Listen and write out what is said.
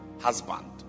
husband